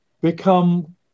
become